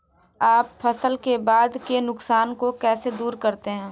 आप फसल के बाद के नुकसान को कैसे दूर करते हैं?